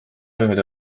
ühed